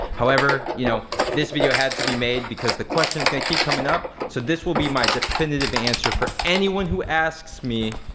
however, you know this video had to be made because the question's gonna keep coming up, so this will be my definitive answer for anyone who asks me,